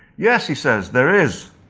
yes he says, there is.